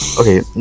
Okay